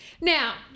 Now